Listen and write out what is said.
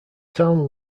town